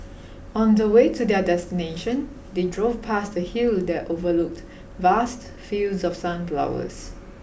on the way to their destination they drove past a hill that overlooked vast fields of sunflowers